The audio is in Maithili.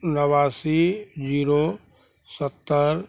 नबासी जीरो सत्तर